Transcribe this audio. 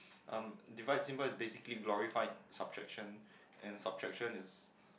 um divide symbol is basically glorified subtraction and subtraction is